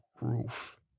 roof